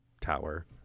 tower